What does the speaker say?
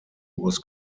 was